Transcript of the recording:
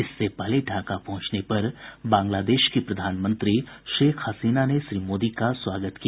इससे पहले ढाका पहुंचने पर बांग्लादेश की प्रधानमंत्री शेख हसीना ने श्री मोदी का स्वागत किया